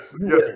yes